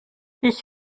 ich